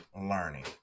learning